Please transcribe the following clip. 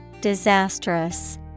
Disastrous